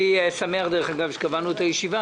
אני שמח שקבענו את הישיבה,